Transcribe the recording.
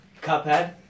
Cuphead